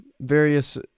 various